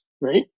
right